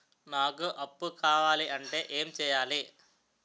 నాకు అప్పు కావాలి అంటే ఎం చేయాలి?